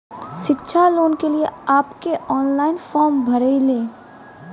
शिक्षा लोन के लिए आप के ऑनलाइन फॉर्म भरी ले?